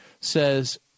says